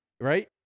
right